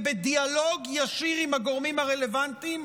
ובדיאלוג ישיר עם הגורמים הרלוונטיים,